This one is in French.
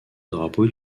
drapeau